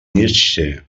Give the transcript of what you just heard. nietzsche